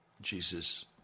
Jesus